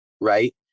Right